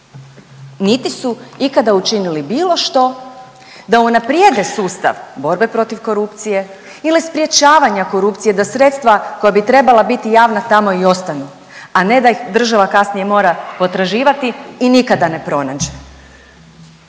niti su ikada učinili bilo što da unaprijede sustav borbe protiv korupcije ili sprječavanja korupcije, da sredstva koja bi trebala biti javna, tamo i ostanu, a ne da ih država kasnije mora potraživati i nikada ne pronađe.